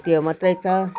त्यो मात्रै छ